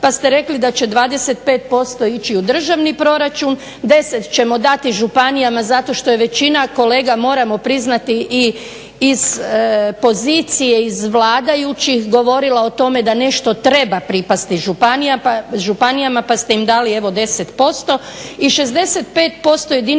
pa ste rekli da će 25% ići u državni proračun, 10 ćemo dati županijama zato što je većina kolega moramo priznati i iz pozicije, iz vladajućih govorila o tome da nešto treba pripasti županijama pa ste im dali evo 10%